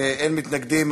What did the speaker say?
אין מתנגדים.